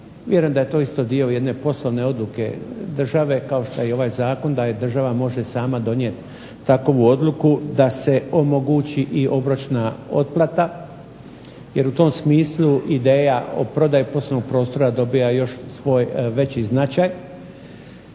Vjerujem da je to isto dio jedne poslovne odluke države kao što i ovaj Zakon da država može sama donijeti takovu odluku da se omogući i obročna otplata. Jer u tom smislu ideja o prodaji poslovnog prostora dobija još svoj veći značaj.